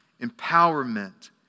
empowerment